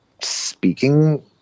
speaking